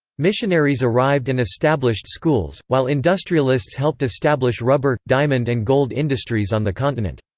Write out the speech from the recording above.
missionaries arrived and established schools, while industrialists helped establish rubber, diamond and gold industries on the continent.